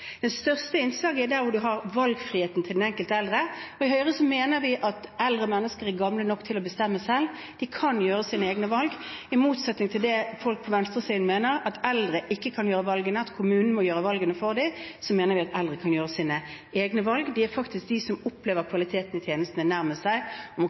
største innslaget er der hvor vi har valgfriheten til den enkelte eldre. I Høyre mener vi at eldre mennesker er gamle nok til å bestemme selv, de kan gjøre sine egne valg. I motsetning til det folk på venstresiden mener, at eldre ikke kan gjøre valgene, at kommunen må gjøre valgene for dem, mener vi at eldre kan gjøre sine egne valg. Det er de som opplever kvaliteten i tjenestene nærmest seg, og de må